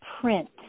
print